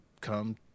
come